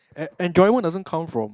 and enjoyment doesn't come from